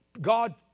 God